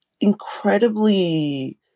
incredibly